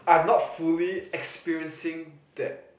I'm not fully experiencing that